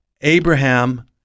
Abraham